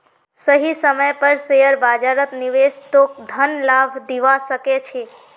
सही समय पर शेयर बाजारत निवेश तोक धन लाभ दिवा सके छे